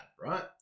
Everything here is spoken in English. right